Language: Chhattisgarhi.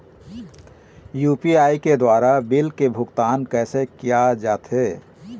यू.पी.आई के द्वारा बिल के भुगतान कैसे किया जाथे?